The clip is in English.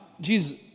Jesus